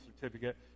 certificate